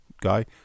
Guy